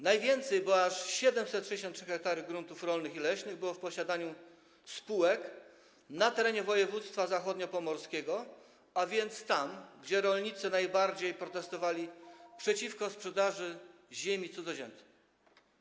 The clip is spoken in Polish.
Najwięcej, bo aż 763 ha, gruntów rolnych i leśnych było w posiadaniu spółek na terenie województwa zachodniopomorskiego, a więc tam, gdzie rolnicy najbardziej protestowali przeciwko sprzedaży ziemi cudzoziemcom.